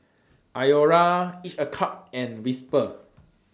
Iora Each A Cup and Whisper